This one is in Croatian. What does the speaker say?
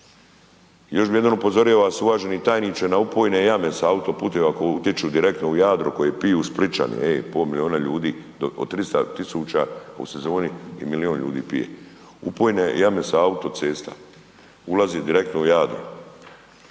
Još bi jednom upozorio vas, uvaženi tajniče na .../Govornik se ne razumije./... jame sa autopute a koje utječu direktno u Jadro a koju piju Splićani, hej, pola milijuna ljudi, od 300 000 u sezoni u milijun ljudi pije. Upojne jame sa autocesta ulaze direktno u Jadro.